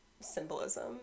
symbolism